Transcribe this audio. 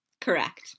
correct